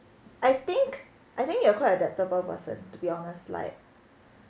I think I think you are quite adaptable person to be honest like